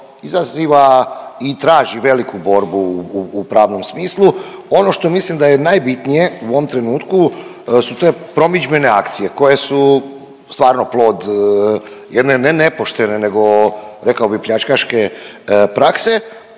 izaziva i traži veliku borbu u pravnom smislu. Ono što mislim da je najbitnije u ovom trenutku su te promidžbene akcije koje su stvarno plod jedne ne nepoštene nego rekao bi pljačkaške prakse